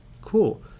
cool